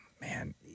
man